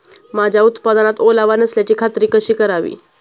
माझ्या उत्पादनात ओलावा नसल्याची खात्री कशी करावी?